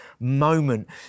Moment